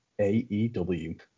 AEW